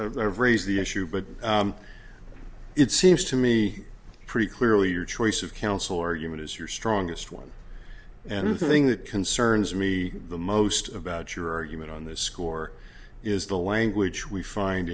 raise the issue but it seems to me pretty clearly your choice of counsel or human is your strongest one and the thing that concerns me the most about your argument on this score is the language we find